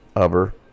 Uber